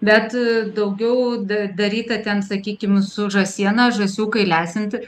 bet daugiau da daryta ten sakykim su žąsiena žąsiukai lesinti